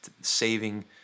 saving